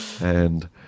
And-